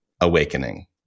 awakening